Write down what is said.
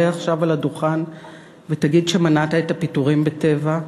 עכשיו לדוכן ותגיד שמנעת את הפיטורים ב"טבע",